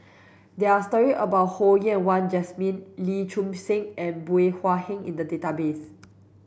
there are story about Ho Yen Wah Jesmine Lim Chin Siong and Bey Hua Heng in the database